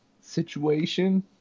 situation